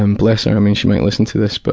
um bless her, i mean she might listen to this. but